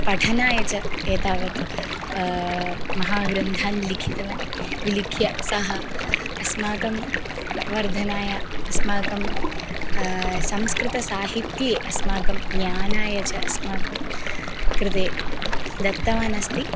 पठनाय च एतावत् महान् ग्रन्थान् लिखितवान् विलिख्य सः अस्माकं वर्धनाय अस्माकं संस्कृतसाहित्ये अस्माकं ज्ञानाय च अस्माकं कृते दत्तवान् अस्ति